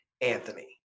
anthony